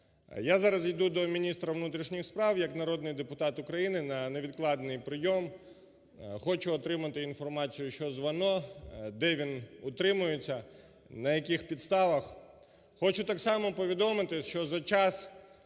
Я зараз іду до міністра внутрішніх справ як народний депутат України на невідкладний прийом, хочу отримати інформацію: що з Вано, де він утримується, на яких підставах. Хочу так само повідомити, що за час,